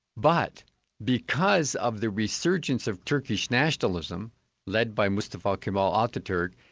but because of the resurgence of turkish nationalism led by mustafa kemal ataturk,